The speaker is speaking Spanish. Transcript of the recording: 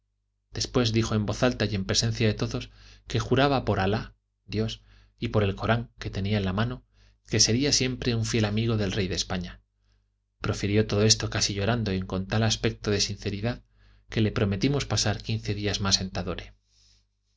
después dijo en voz alta en presencia de todos que juraba por alá dios y por el coran que tenía en la mano que sería siempre un fiel amigo del rey de españa profirió todo esto casi llorando y con tal aspecto de sinceridad que le prometimos pasar quince días más en